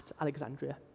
Alexandria